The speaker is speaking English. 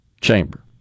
chamber